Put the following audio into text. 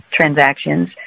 transactions